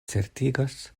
certigas